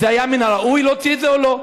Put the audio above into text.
היה מן הראוי להוציא את זה או לא?